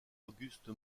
auguste